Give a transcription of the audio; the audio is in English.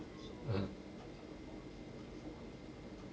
(uh huh)